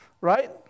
right